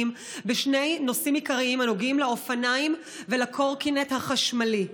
בשני נושאים עיקריים הנוגעים לאופניים ולקורקינט החשמלי.